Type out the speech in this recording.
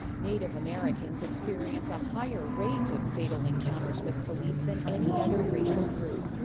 native americans experience a higher rate of fatal encounters with police than any other racial group.